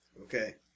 Okay